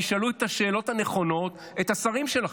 תשאלו את השאלות הנכונות את השרים שלכם?